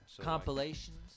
Compilations